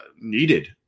needed